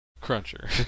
Cruncher